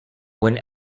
when